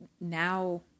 now